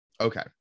Okay